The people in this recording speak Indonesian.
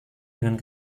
dengan